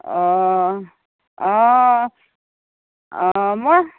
অ অ অ মই